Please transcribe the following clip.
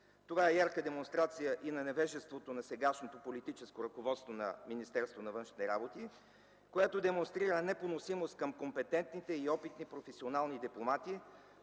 Това е ярка демонстрация и на невежеството на сегашното политическо ръководство на Министерството на външните работи, което демонстрира непоносимост към компетентните и опитни професионални дипломати,